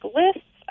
lists